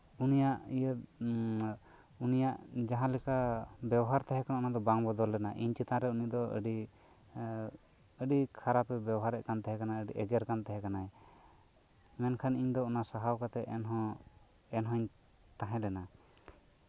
ᱩᱱᱤᱭᱟᱜ ᱤᱭᱟᱹ ᱩᱱᱤᱭᱟᱜ ᱡᱟᱸᱦᱟ ᱞᱮᱠᱟ ᱵᱮᱵᱷᱟᱨ ᱛᱟᱦᱮᱸ ᱠᱟᱱᱟ ᱚᱱᱟ ᱫᱚ ᱵᱟᱝ ᱵᱚᱫᱚᱞ ᱞᱮᱱᱟ ᱤᱧ ᱪᱮᱛᱟᱱ ᱨᱮ ᱩᱱᱤ ᱫᱚ ᱟᱹᱰᱤ ᱟᱹᱰᱤ ᱠᱷᱟᱨᱟᱯ ᱮ ᱵᱮᱵᱚᱦᱟᱨ ᱮᱜ ᱠᱟᱱ ᱛᱟᱦᱮᱸ ᱠᱟᱱᱟ ᱮᱜᱮᱨ ᱠᱟᱱ ᱛᱟᱦᱮᱸ ᱠᱟᱱᱟ ᱢᱮᱱᱠᱷᱟᱱ ᱤᱧ ᱫᱚ ᱚᱱᱟ ᱥᱟᱦᱟᱣ ᱠᱟᱛᱮᱫ ᱮᱱᱦᱚᱸᱧ ᱛᱟᱦᱮᱸ ᱞᱮᱱᱟ